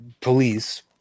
police